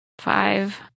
Five